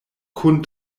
kun